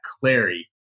Clary